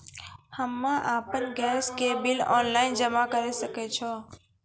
हम्मे आपन गैस के बिल ऑनलाइन जमा करै सकै छौ?